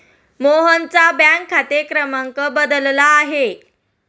मोहनचा बँक खाते क्रमांक बदलला आहे